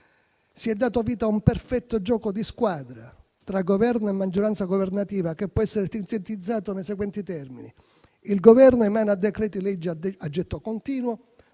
Si è dato vita a un perfetto gioco di squadra tra Governo e maggioranza governativa, che può essere sintetizzato nei seguenti termini: il Governo emana decreti-legge a getto continuo